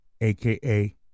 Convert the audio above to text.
aka